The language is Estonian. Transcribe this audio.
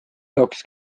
jaoks